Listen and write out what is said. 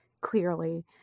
clearly